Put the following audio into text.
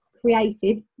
created